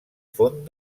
font